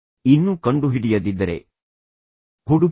ನೀವು ಅದನ್ನು ಇನ್ನೂ ಕಂಡುಹಿಡಿಯದಿದ್ದರೆ ಹುಡುಕುತ್ತಲೇ ಇರಿ